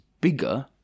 bigger